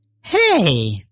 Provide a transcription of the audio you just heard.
Hey